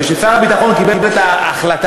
וכששר הביטחון קיבל את ההחלטה,